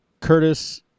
Curtis